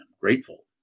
grateful